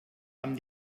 amb